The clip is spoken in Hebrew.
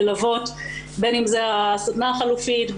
ללוות - בין אם זה הסדנה החלופית,